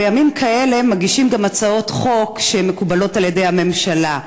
בימים כאלה מגישים גם הצעות חוק שמקובלות על הממשלה.